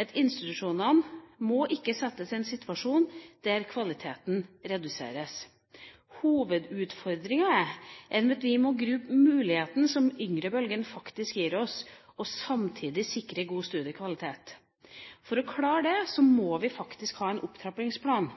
at institusjonene ikke må settes i en situasjon der kvaliteten reduseres. Hovedutfordringen er at vi må gripe muligheten som yngrebølgen faktisk gir oss, og samtidig sikre god studiekvalitet. For å klare det må vi faktisk ha en opptrappingsplan,